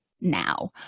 now